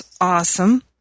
awesome